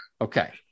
Okay